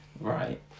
Right